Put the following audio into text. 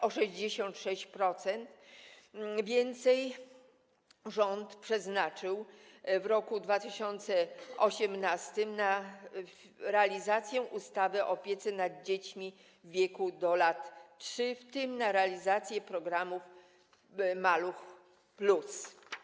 O 66% więcej środków rząd przeznaczył w roku 2018 na realizację ustawy o opiece nad dziećmi w wieku do lat 3, w tym na realizację programu „Maluch+”